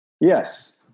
Yes